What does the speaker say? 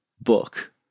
book